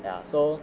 ya so